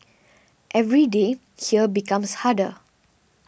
every day here becomes harder